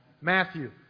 Matthew